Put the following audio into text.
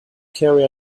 carry